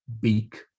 beak